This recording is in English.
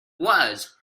was